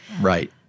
right